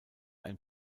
ein